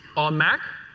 on mac?